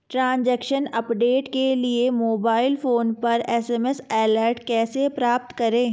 Transaction update के लिए mobile phone पर एस.एम.एस अलर्ट कैसे प्राप्त करें?